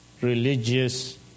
religious